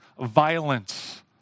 violence